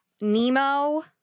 Nemo